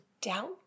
doubt